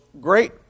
great